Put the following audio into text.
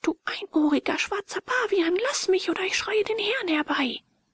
du einohriger schwarzer pavian laß mich oder ich schreie den herrn herbei